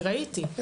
אני ראיתי,